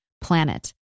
planet